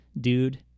dude